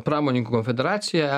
pramonininkų konfederacija